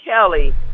Kelly